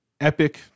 Epic